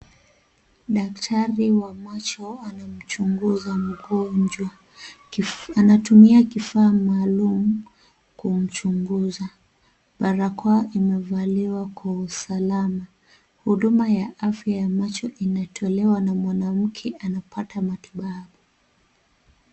Daktari wa macho anamchunguza mgonjwa. Anatumia kifaa maalum kumchunguza. Barakoa imevaliwa kwa usalama. Huduma ya afya ya macho inatolewa na mwanamke anapata matibabu.